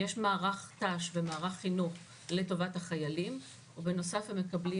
יש מערך ת"ש ומערך חינוך לטובת החיילים ובנוסף הם מקבלים